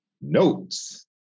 notes